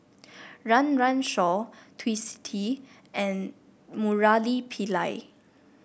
Run Run Shaw Twisstii and Murali Pillai